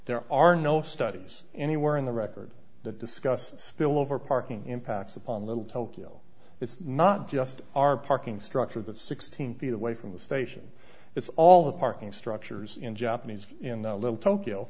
there are no studies anywhere in the record that discuss spillover parking impacts upon little tokyo it's not just our parking structure that's sixteen feet away from the station it's all the parking structures in japanese in little tokyo